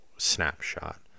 snapshot